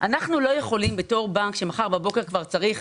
ואנחנו לא יכולים בתור בנק שמחר בבוקר כבר צריך